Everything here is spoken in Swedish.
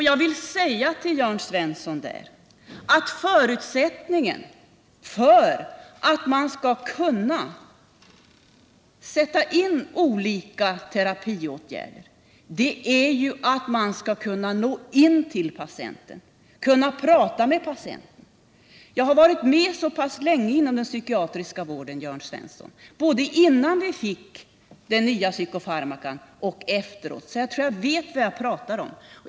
Jag vill säga till Jörn Svensson att förutsättningen för att man skall kunna sätta in olika terapiåtgärder är att man kan nå fram till patienten, kan prata med patienten. Jag har, Jörn Svensson, varit med så länge inom den psykiatriska vården, både innan vi fick den nya psykofarmacan och därefter, att jag tror att jag vet vad jag pratar om.